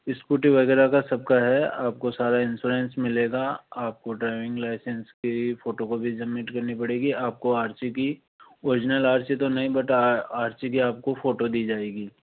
scooty वगैरह का सबका है आपको सारा इन्शौरेन्स मिलेगा आपको ड्राइविंग लाइसेंस की फ़ोटोकॉपी सबमिट करनी पड़ेगी आपको आर सी की ओरिजनल आर सी तो नहीं बट आर सी की आपको फ़ोटो दी जाएगी